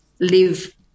live